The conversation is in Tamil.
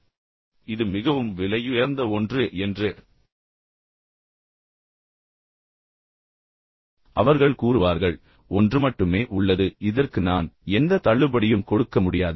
எனவே இது மிகவும் விலையுயர்ந்த ஒன்று என்று அவர்கள் கூறுவார்கள் ஒன்று மட்டுமே உள்ளது இதற்கு நான் எந்த தள்ளுபடியும் கொடுக்க முடியாது